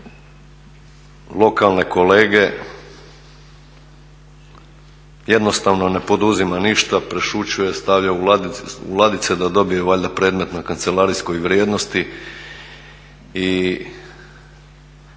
svoje lokalne kolege. Jednostavno ne poduzima ništa, prešućuje, stavlja u ladice da dobije valjda predmet na kancelarijskoj vrijednosti i